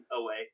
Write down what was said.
away